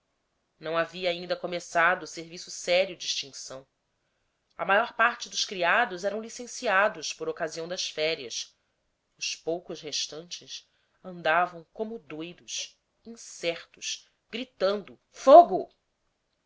não havia ainda começado serviço sério de extinção a maior parte dos criados eram licenciados por ocasião das férias os poucos restantes andavam como doidos incertos gritando fogo